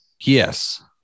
yes